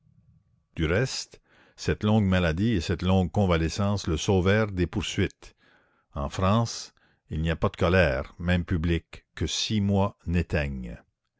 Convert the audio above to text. du reste cette longue maladie et cette longue convalescence le sauvèrent des poursuites en france il n'y a pas de colère même publique que six mois n'éteignent